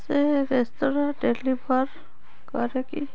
ସେ restaurant deliver କରେ କି